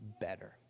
better